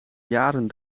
jaren